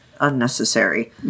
unnecessary